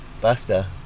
Buster